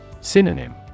Synonym